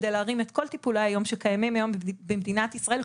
כדי להרים את כל טיפולי היום שקיימים היום במדינת ישראל,